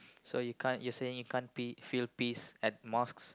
so you can't you saying you can't pe~ feel peace at mosques